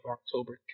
October